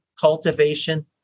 cultivation